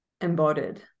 embodied